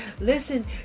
Listen